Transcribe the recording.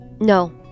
No